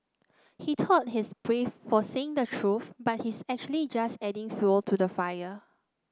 he thought he's brave for saying the truth but he's actually just adding fuel to the fire